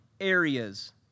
areas